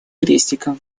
крестиком